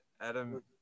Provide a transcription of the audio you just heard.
Adam